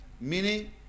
Meaning